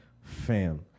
fam